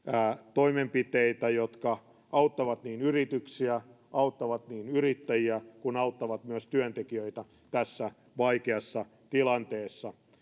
toimenpiteitä jotka auttavat niin yrityksiä auttavat niin yrittäjiä kuin auttavat myös työntekijöitä tässä vaikeassa tilanteessa